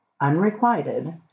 unrequited